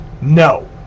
No